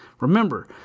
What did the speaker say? Remember